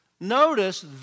Notice